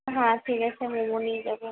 হ্যাঁ ঠিক আছে আমি মোমো নিয়ে যাবো